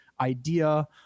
idea